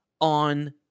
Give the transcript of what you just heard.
on